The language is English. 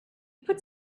put